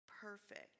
perfect